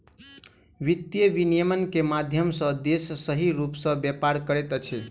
वित्तीय विनियम के माध्यम सॅ देश सही रूप सॅ व्यापार करैत अछि